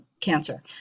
cancer